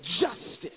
justice